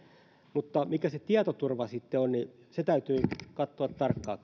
mutta mikä se tietoturva sitten on niin se täytyy kyllä katsoa tarkkaan